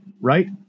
right